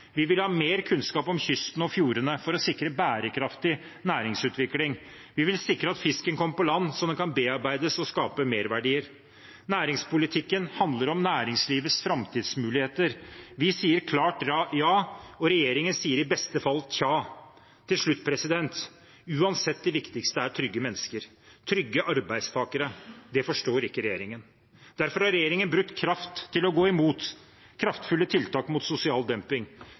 Vi vil ha mer kunnskap om kysten og fjordene for å sikre bærekraftig næringsutvikling. Vi vil sikre at fisken kommer på land, så den kan bearbeides og skape merverdier. Næringspolitikken handler om næringslivets framtidsmuligheter. Vi sier klart ja, og regjeringen sier i beste fall tja. Til slutt: Uansett, det viktigste er trygge mennesker og trygge arbeidstakere. Det forstår ikke regjeringen. Derfor har regjeringen brukt krefter på å gå imot kraftfulle tiltak mot sosial dumping,